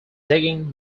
digging